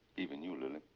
even you, lily.